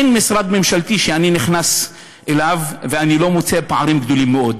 אין משרד ממשלתי שאני נכנס אליו ואני לא מוצא פערים גדולים מאוד.